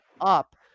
up